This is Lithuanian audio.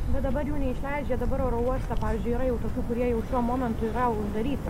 bet dabar jų neišleidžia ir dabar oro uoste pavyzdžiui yra jau tokių kurie jau šiuo momentu yra uždaryti